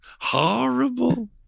Horrible